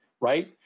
right